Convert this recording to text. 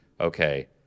okay